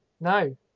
No